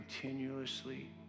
continuously